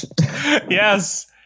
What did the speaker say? Yes